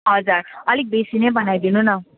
हजुर अलिक बेसी नै बनाइदिनु न